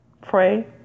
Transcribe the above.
pray